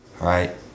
right